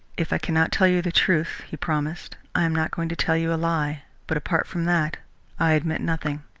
if i cannot tell you the truth, he promised, i am not going to tell you a lie, but apart from that i admit nothing.